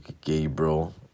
gabriel